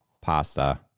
Pasta